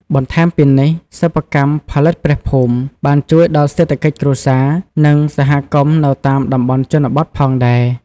បន្ថែមពីនេះ សិប្បកម្មផលិតព្រះភូមិបានជួយដល់សេដ្ឋកិច្ចគ្រួសារ និងសហគមន៍នៅតាមតំបន់ជនបទផងដែរ។